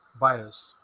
bias